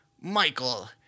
Michael